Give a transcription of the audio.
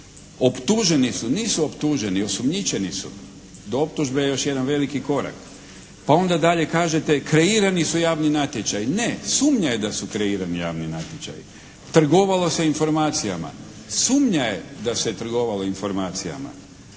Optuženi su, nisu optuženi osumnjičeni su. do optužbe je još jedan veliki korak. Pa onda dalje kažete, kreirani su javni natječaji. Ne, sumnja je da su kreirani javni natječaji. Trgovalo se informacijama. Sumnja je da se je trgovalo informacijama.